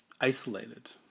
isolated